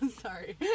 sorry